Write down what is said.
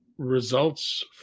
results